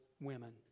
women